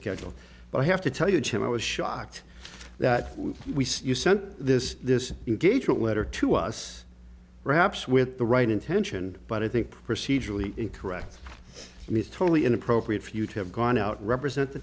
schedule but i have to tell you jim i was shocked that we see you sent this this engagement letter to us wraps with the right intention but i think procedurally incorrect i mean totally inappropriate for you to have gone out represent the